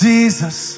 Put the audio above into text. Jesus